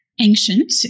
ancient